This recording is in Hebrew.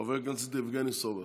חבר הכנסת יבגני סובה.